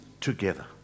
together